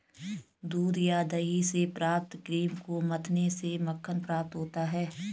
दूध या दही से प्राप्त क्रीम को मथने से मक्खन प्राप्त होता है?